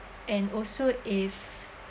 and also if